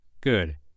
Good